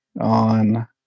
on